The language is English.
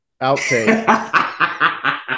outtake